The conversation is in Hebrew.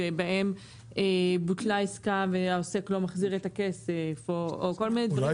שבהם בוטלה העסקה והעוסק לא מחזיר את הכסף או כל מיני דברים